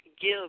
give